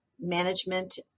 management